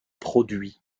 produit